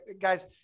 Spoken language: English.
guys